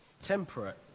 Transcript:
temperate